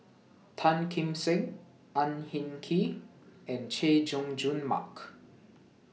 Tan Kim Seng Ang Hin Kee and Chay Jung Jun Mark